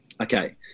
Okay